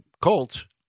Colts